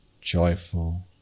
joyful